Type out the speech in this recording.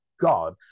God